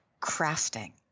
crafting